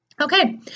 Okay